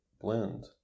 blend